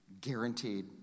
guaranteed